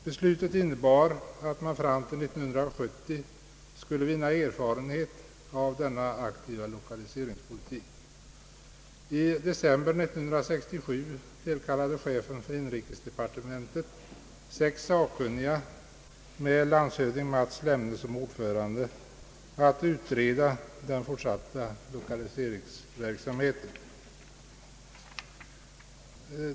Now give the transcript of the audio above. Beslutet innebar att man fram till 1970 skulle vinna erfarenhet av aktiv lokaliseringspolitik. I december 1967 tillkallade chefen för inrikesdepartementet sex sakkunniga med landshövding Mats Lemne som ordförande att utreda den fort satta lokaliseringsverksamheten.